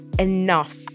enough